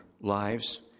lives